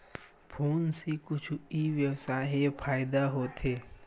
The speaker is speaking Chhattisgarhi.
फोन से कुछु ई व्यवसाय हे फ़ायदा होथे?